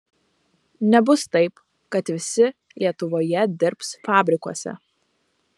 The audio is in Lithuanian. nebus taip kad visi lietuvoje dirbs fabrikuose